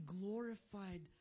glorified